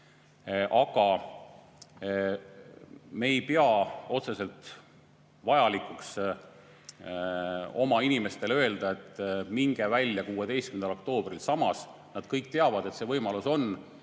Aga me ei pea otseselt vajalikuks oma inimestele öelda, et minge 16. oktoobril välja. Samas nad kõik teavad, et see võimalus on,